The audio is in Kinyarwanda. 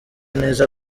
neza